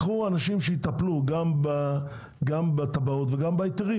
וקחו אנשים שיטפלו בשבילם גם בתב"עות וגם בהיתרים.